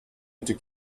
into